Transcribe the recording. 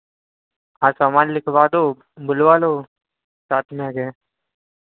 आज सामान लिखवा दो बुलवा लो साथ में आ जाएँ